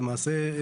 למעשה,